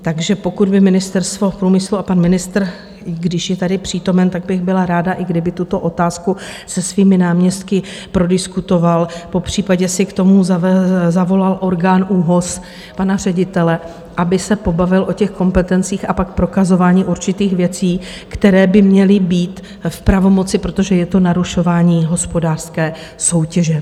Takže pokud by Ministerstvo průmyslu a pan ministr, když je tady přítomen, tak bych byla ráda, i kdyby tuto otázku se svými náměstky prodiskutoval, popřípadě si k tomu zavolal orgán ÚOHS, pana ředitele, aby se pobavil o těch kompetencích, a pak prokazování určitých věcí, které by měly být v pravomoci, protože je to narušování hospodářské soutěže.